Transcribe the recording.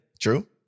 True